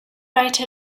write